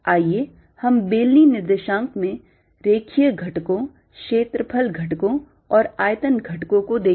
आइए हम बेलनी निर्देशांक में रेखीय घटकों क्षेत्रफल घटकों और आयतन घटकों को देखें